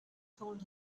told